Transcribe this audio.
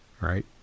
right